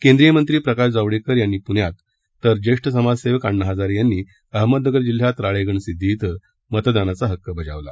केंद्रीय मंत्री प्रकाश जावडेकर यांनी पुण्यात तर ज्येष्ठ समाजसेवक अण्णा हजारे यांनी अहमदनगर जिल्ह्यात राळेगण सिद्धी ॐ मतदानाचा हक्क बजावला